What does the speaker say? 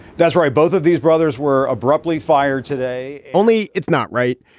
that's right. both of these brothers were abruptly fired today only it's not right.